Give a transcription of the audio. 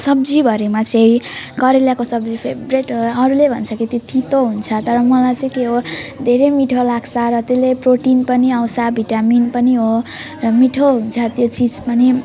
सब्जीभरिमा चाहिँ करेलाको सब्जी फेभ्रेट हो अरूले भन्छ कि त्यो तितो हुन्छ तर मलाई चाहिँ के हो धेरै मिठो लाग्छ र त्यसले प्रोटिन पनि आउँछ भिटामिन पनि हो र मिठो हुन्छ त्यो चिज पनि